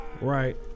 right